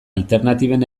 alternatiben